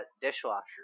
dishwasher